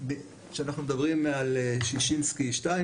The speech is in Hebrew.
כשאנחנו מדברים שישינסקי 2,